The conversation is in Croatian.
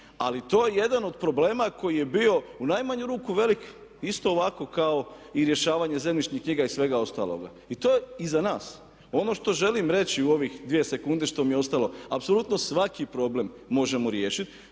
Ali to je jedan od problema koji je bio u najmanju ruku velik isto ovako kao i rješavanje zemljišnih knjiga i svega ostaloga i to je iza nas. Ono što želim reći u ovih dvije sekunde što mi je ostalo. Apsolutno svaki problem možemo riješiti